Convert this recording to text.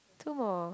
two more